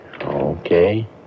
Okay